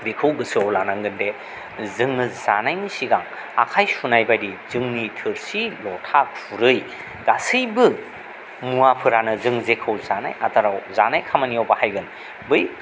बेखौ गोसोआव लानांगोनदे जोङो जानायनि सिगां आखाइ सुनाय बायदि जोंनि थोरसि लथा खुरै गासैबो मुवाफोरानो जों जेखौ जानाय आदाराव जानाय खामानियाव बाहायगोन बै